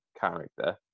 character